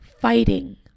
fighting